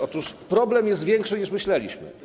Otóż problem jest większy, niż myśleliśmy.